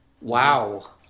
Wow